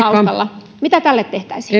taustalla mitä tälle tehtäisiin